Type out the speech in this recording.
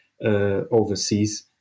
overseas